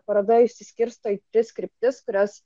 paroda išsiskirsto į tris kryptis kurias